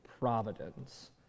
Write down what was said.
providence